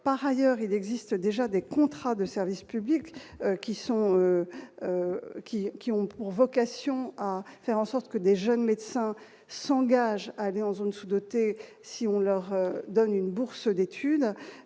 par ailleurs, il existe déjà des contrats de service public qui sont qui qui ont pour vocation à faire en sorte que des jeunes médecins s'engagent à aller en zones sous-dotées, si on leur donne une bourse d'études,